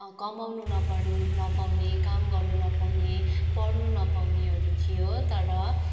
कमाउनु नपर्ने नपाउने काम गर्नु नपाउने पढ्नु नपाउनेहरू थियो तर